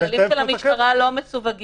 הכללים של המשטרה לא מסווגים,